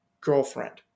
girlfriend